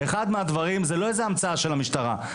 זו לא המצאה של המשטרה.